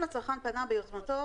אם הצרכן פנה ביוזמתו,